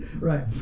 Right